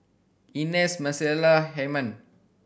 Ines Micaela Hyman